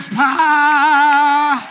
power